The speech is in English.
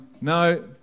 no